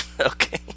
okay